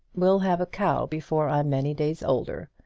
we'll have a cow before i'm many days older.